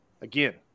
Again